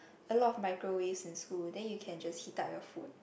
a lot of microwaves in school then you can just heat up your food